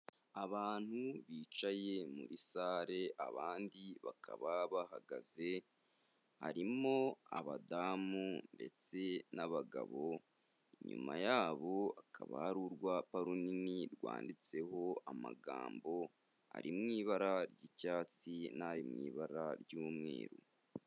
Abantu bicaye muri sale abandi bakaba bahagaze, harimo abadamu ndetse n'abagabo, inyuma yabo hakaba hari urwapa runini; rwanditseho amagambo ari mu ibara ry'icyatsi n'ari mu ibara ry'umweru.